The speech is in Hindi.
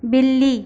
बिल्ली